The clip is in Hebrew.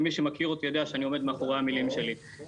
מי שמכיר אותי, יודע שאני עומד מאחורי המילים שלי.